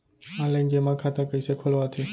Online जेमा खाता कइसे खोलवाथे?